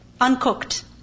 Uncooked